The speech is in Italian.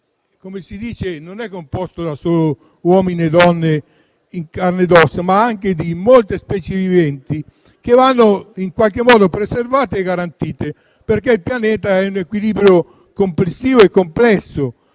nostro pianeta non è composto solo da uomini e donne in carne ed ossa, ma anche da molte specie viventi, che vanno in qualche modo preservate e garantite, perché il pianeta è un equilibrio complessivo e complesso